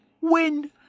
win